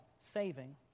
saving